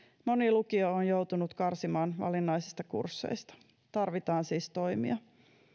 moni lukio on on joutunut karsimaan valinnaisista kursseista tarvitaan siis toimia